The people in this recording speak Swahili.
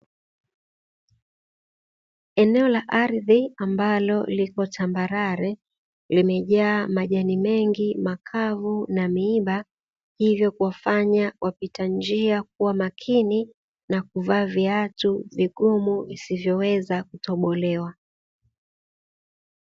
Eneo la ardhi ambalo liko tambarare limejaa majani mengi, makavu na miiba, hivyo kuwafanya wapita njia kuwa makini na kuvaa viatu vigumu isivyoweza kutobolewa.